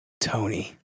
Tony